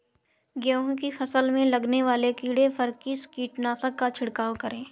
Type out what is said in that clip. गेहूँ की फसल में लगने वाले कीड़े पर किस कीटनाशक का छिड़काव करें?